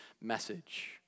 message